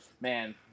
man